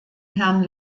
herrn